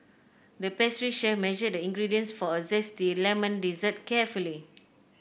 the pastry chef measured the ingredients for a zesty lemon dessert carefully